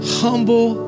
humble